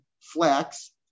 flax